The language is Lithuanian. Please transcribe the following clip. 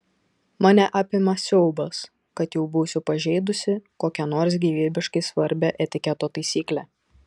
mane apima siaubas kad jau būsiu pažeidusi kokią nors gyvybiškai svarbią etiketo taisyklę